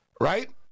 right